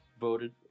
voted